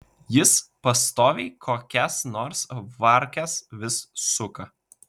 jis pastoviai kokias nors varkes vis suka